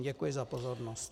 Děkuji za pozornost.